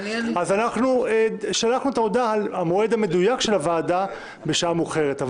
להסכמות אז שלחנו את ההודעה על המועד המדויק של הישיבה בשעה מאוחרת.